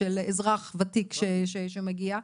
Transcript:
של אזרח ותיק שמגיע.